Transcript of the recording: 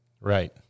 Right